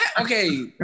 Okay